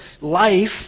life